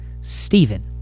Stephen